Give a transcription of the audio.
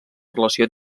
relació